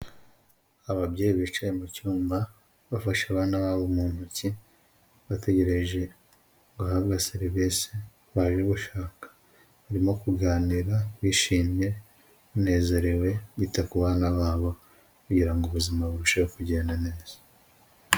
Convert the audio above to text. Ababyeyi bicaye mu cyumba bafashe abana babo mu ntoki bategereje guhabwa serivisi baje gushaka, barimo kuganira bishimye banezerewe bita ku bana babo kugira ubuzima burusheho kugenda neza.